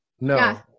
No